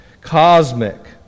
Cosmic